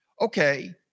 Okay